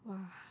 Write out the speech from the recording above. !wah!